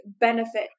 benefit